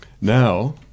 Now